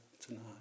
tonight